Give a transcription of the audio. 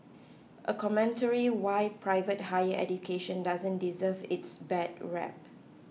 a commentary why private higher education doesn't deserve its bad rep